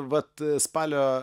vat spalio